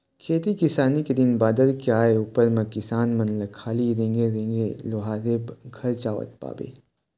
खेती किसानी के दिन बादर के आय उपर म किसान मन ल खाली रेंगे रेंगे लोहारे घर जावत पाबे